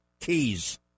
keys